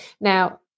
Now